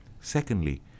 Secondly